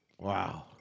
Wow